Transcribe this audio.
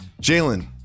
Jalen